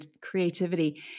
creativity